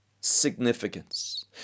significance